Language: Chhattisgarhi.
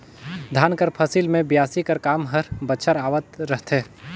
धान कर फसिल मे बियासी कर काम हर बछर आवत रहथे